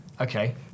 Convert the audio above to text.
Okay